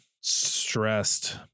Stressed